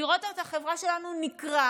לראות את החברה שלנו נקרעת,